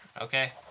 Okay